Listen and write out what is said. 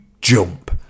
jump